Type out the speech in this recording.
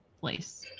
place